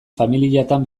familiatan